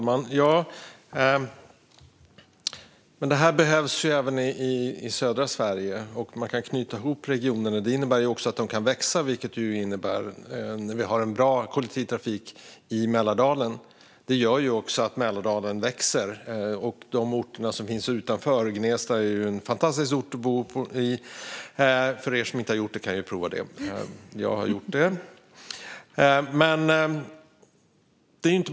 Fru talman! Men det behövs även i södra Sverige, och man kan knyta ihop regionerna. Det innebär att de också kan växa. När vi har en bra kollektivtrafik i Mälardalen innebär det att Mälardalen och de orter som finns utanför växer. Gnesta är en fantastisk ort att bo i, och ni som inte har gjort det kan prova det, som jag har gjort.